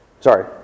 Sorry